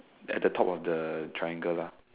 at the top of the triangle lah